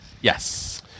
yes